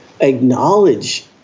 acknowledge